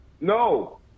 no